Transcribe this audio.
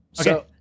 Okay